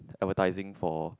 advertising for